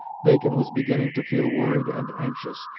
bacon was beginning to feel worried and anxious,